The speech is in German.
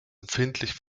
empfindlich